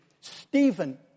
Stephen